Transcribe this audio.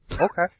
Okay